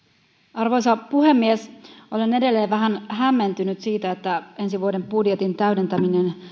arvoisa puhemies olen edelleen vähän hämmentynyt siitä että ensi vuoden budjetin täydentäminen